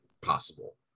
possible